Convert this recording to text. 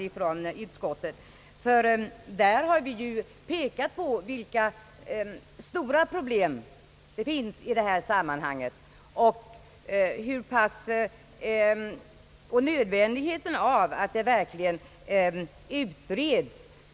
I motionen har vi nämligen pekat på, vilka stora problem det finns i detta sammanhang och hur nödvändigt det är att de verkligen utreds.